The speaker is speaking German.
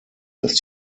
dass